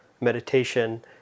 meditation